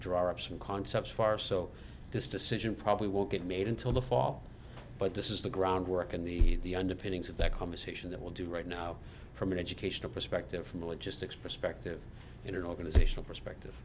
drop some concepts far so this decision probably won't get made until the fall but this is the groundwork and the underpinnings of that conversation that will do right now from an educational perspective from a logistics perspective in an organizational perspective